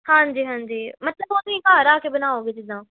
ਹਾਂਜੀ ਹਾਂਜੀ ਮਤਲਬ ਉਹ ਤੁਸੀਂ ਘਰ ਆ ਕੇ ਬਣਾਓਗੇ ਜਿੱਦਾਂ